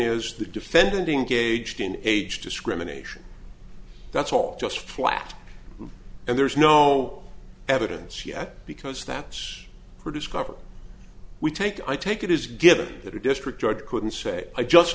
is the defendant engaged in age discrimination that's all just flat and there's no evidence yet because that's produced coverage we take i take it as given that a district judge couldn't say i just